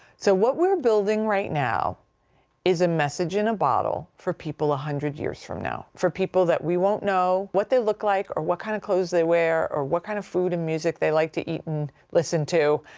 so, what we're building right now is a message in a bottle for people a hundred years from now. for people that we won't know what they look like or what kind of clothes they wear, or what kind of food and music they like to eat and listen to.